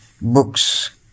books